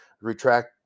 retract